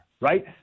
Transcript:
right